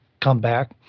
comeback